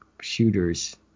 shooters